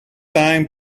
time